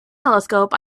telescope